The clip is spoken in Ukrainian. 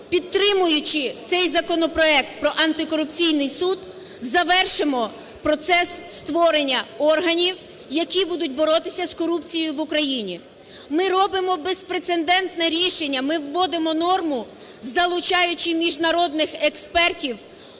підтримуючий цей законопроект про антикорупційний суд, завершимо процес створення органів, які будуть боротися з корупцією в Україні. Ми робимо безпрецедентне рішення – ми вводимо норму, залучаючи міжнародних експертів